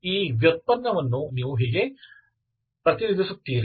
ಈ ವ್ಯುತ್ಪನ್ನವನ್ನು ನೀವು ಹೀಗೆ ಪ್ರತಿನಿಧಿಸುತ್ತೀರಿ